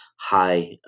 high